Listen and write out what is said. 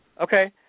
Okay